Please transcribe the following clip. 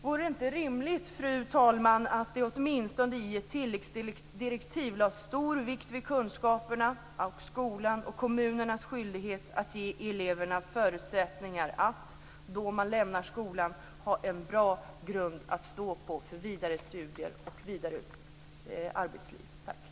Vore det inte rimligt, fru talman, att vi åtminstone i tilläggsdirektiven lade stor vikt vid kunskaperna, skolans och kommunernas skyldighet att ge eleverna förutsättningar att, då man lämnar skolan, ha en bra grund att stå på för vidare studier och arbetslivet.